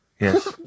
Yes